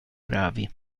gravi